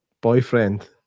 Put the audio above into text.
boyfriend